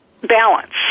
balance